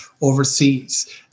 overseas